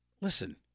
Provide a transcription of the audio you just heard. Listen